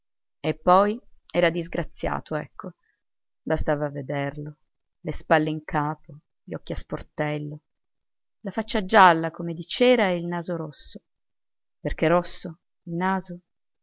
e poi era disgraziato ecco bastava vederlo le spalle in capo gli occhi a sportello la faccia gialla come di cera e il naso rosso perché rosso il naso